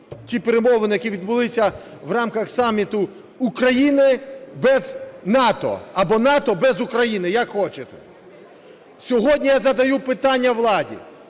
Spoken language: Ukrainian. ті перемовини, які відбулися в рамках саміту України без НАТО або НАТО без України – як хочете. Сьогодні я задаю питання владі.